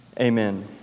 amen